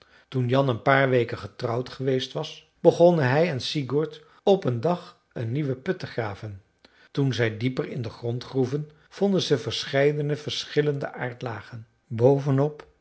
toen jan een paar weken getrouwd geweest was begonnen hij en sigurd op een dag een nieuwen put te graven toen zij dieper in den grond groeven vonden ze verscheidene verschillende aardlagen bovenop